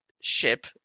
ship